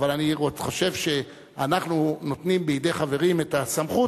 אבל אני חושב שאנחנו נותנים בידי חברים את הסמכות,